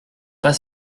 pas